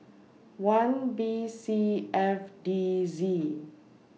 one B C F D Z